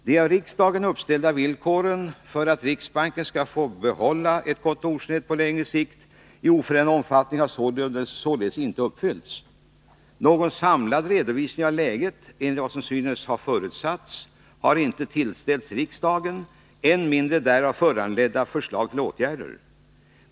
De av riksdagen uppställda villkoren för att riksbanken skulle få behålla ett kontorsnät på längre sikt i oförändrad omfattning har således inte uppfyllts. Någon samlad redovisning av läget enligt vad som synes ha förutsatts har inte tillställts riksdagen, än mindre därav föranledda förslag till åtgärder.